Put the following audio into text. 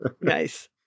Nice